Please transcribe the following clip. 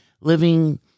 living